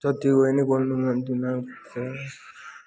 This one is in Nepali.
जति गए पनि घुम्नु मनलाग्छ